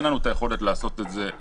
אין לנו את היכולת לעשות את הדברים האלה.